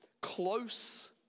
close